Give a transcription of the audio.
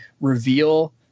reveal